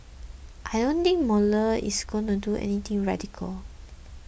I don't think Mueller is going to do anything radical